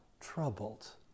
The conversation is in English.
troubled